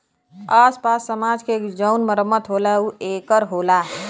आस पास समाज के जउन मरम्मत होला ऊ ए कर होला